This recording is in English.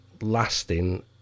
lasting